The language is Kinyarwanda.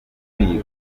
kwiga